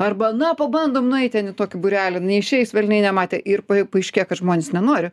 arba na pabandom nueit ten į tokį būrelį neišeis velniai nematė ir pa paaiškėja kad žmonės nenori